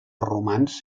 romans